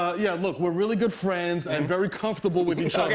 yeah, look, we're really good friends and very comfortable with each